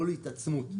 לא להתעצמות.